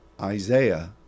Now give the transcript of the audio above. Isaiah